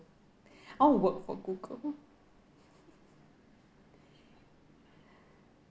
I'll work for Google